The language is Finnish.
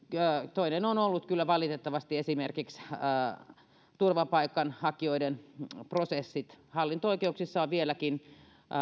toinen on ollut kyllä valitettavasti esimerkiksi turvapaikanhakijoiden prosessit eli hallinto oikeuksissa on vieläkin